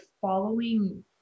following